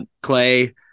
clay